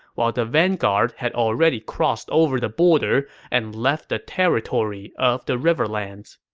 while the vanguard had already crossed over the border and left the territory of the riverlands.